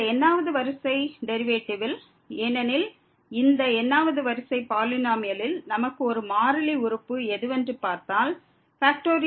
இந்த n வது வரிசை டெரிவேட்டிவில் ஏனெனில் இந்த n வது வரிசை பாலினோமியலில் நமக்கு ஒரு மாறிலி உறுப்பு எதுவென்று பார்த்தால் n